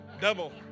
double